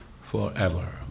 forever